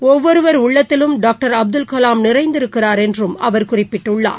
ஒவ்வொருவர் உள்ளத்திலும் டாக்டர் அப்துல் கலாம் நிறைந்திருக்கிறார் என்றும் அவர் குறிப்பிட்டுள்ளார்